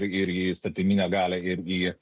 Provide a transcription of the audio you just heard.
ir į įstatyminę galią ir į